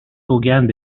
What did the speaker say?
سوگند